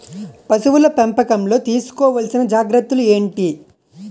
పశువుల పెంపకంలో తీసుకోవల్సిన జాగ్రత్త లు ఏంటి?